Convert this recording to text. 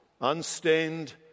unstained